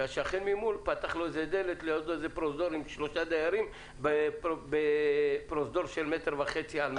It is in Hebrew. שהשכן ממול פתח לו איזה דלת לשלושה דיירים בפרוזדור של מטר וחצי על מטר.